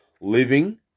living